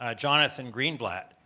ah jonathan greenblatt.